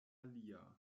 alia